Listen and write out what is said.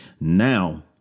Now